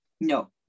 No